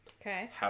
Okay